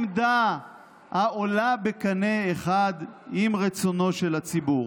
עמדה העולה בקנה אחד עם רצונו של הציבור.